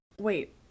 wait